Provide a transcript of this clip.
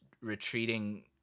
retreating